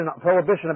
prohibition